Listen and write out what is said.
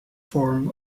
form